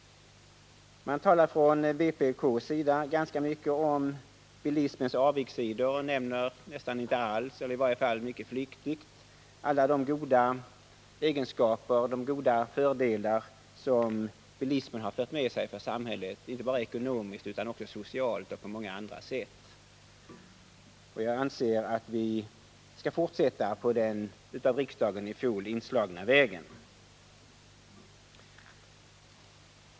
Man talar från vpk:s sida ganska mycket om bilismens avigsidor och nämner nästan inte alls, eller i varje fall mycket flyktigt, alla de fördelar som bilismen har fört med sig för samhället, inte bara ekonomiskt utan också socialt och på många andra sätt. Jag anser att vi skall fortsätta på den av riksdagen i fjol inslagna vägen.